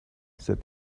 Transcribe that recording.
said